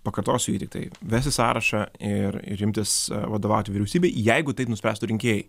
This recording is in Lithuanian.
pakartosiu jį tiktai vesti sąrašą ir ir imtis vadovauti vyriausybei jeigu tai nuspręstų rinkėjai